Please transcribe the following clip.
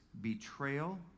Betrayal